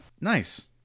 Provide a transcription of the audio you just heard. Nice